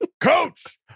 Coach